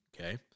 Okay